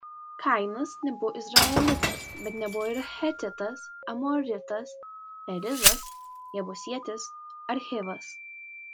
kainas nebuvo izraelitas bet nebuvo ir hetitas amoritas perizas jebusietis ar hivas